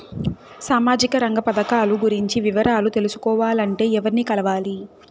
సామాజిక రంగ పథకాలు గురించి వివరాలు తెలుసుకోవాలంటే ఎవర్ని కలవాలి?